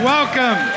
Welcome